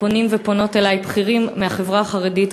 פונים ופונות אלי בכירים מהחברה החרדית,